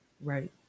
Right